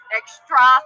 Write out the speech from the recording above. extra